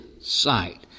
sight